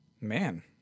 man